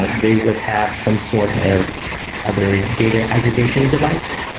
they would have some sort of other data aggregation device.